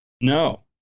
No